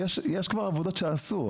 יש כבר עבודות שעשו.